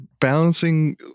balancing